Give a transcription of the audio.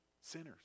sinners